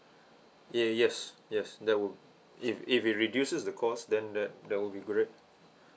ya yes yes that would if if it reduces the cost then that that would be great